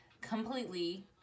completely